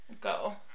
Go